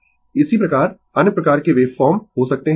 Refer Slide Time 1006 इसी प्रकार अन्य प्रकार के वेव फॉर्म हो सकते है